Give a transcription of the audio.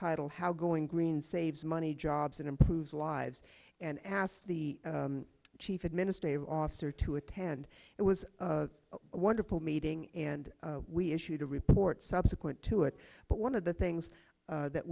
title how going green saves money jobs and improves lives and asked the chief administrative officer to attend it was a wonderful meeting and we issued a report subsequent to it but one of the things that